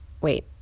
Wait